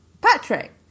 Patrick